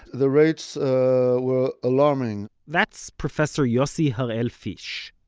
the rates were alarming that's professor yossi harel-fisch,